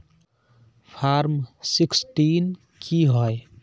Form sixteen की होय?